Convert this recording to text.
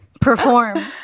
perform